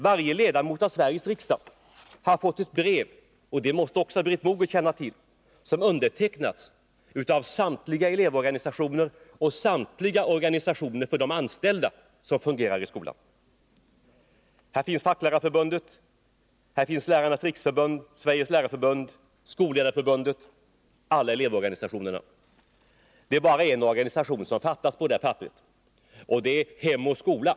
Varje ledamot av Sveriges riksdag har fått ett brev — det måste även Britt Mogård känna till — som undertecknats av samtliga elevorganisationer och samtliga organisationer för de anställda i skolan. Bland undertecknarna finns Facklärarförbundet, Lärarnas riksförbund, Sveriges lärarförbund, Skolledarförbundet och alla elevorganisationerna. Det är bara en organisation som fattas på det här papperet, och det är Hem och skola.